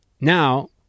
Now